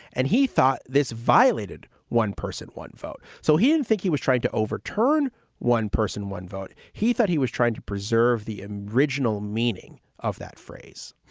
and he thought this violated one person, one vote. so he didn't think he was trying to overturn one person, one vote. he thought he was trying to preserve the original meaning of that phrase